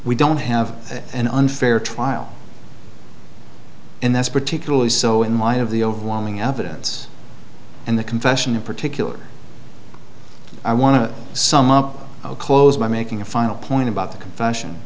we don't have an unfair trial and that's particularly so in light of the overwhelming evidence and the confession in particular i want to sum up i'll close by making a final point about the confession